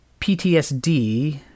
PTSD